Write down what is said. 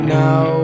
now